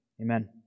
Amen